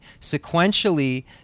sequentially